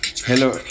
Hello